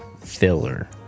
filler